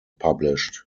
published